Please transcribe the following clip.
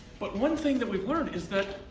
but one thing that we've learned is that,